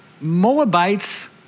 Moabites